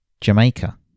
Jamaica